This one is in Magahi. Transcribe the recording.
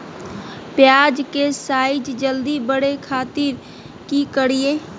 प्याज के साइज जल्दी बड़े खातिर की करियय?